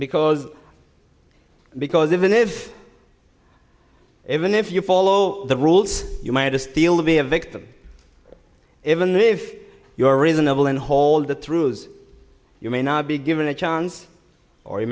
because because even if even if you follow the rules you might as we'll be a victim even if you are reasonable and hold that through you may not be given a chance or you